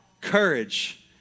Courage